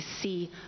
see